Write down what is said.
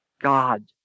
God